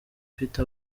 ifite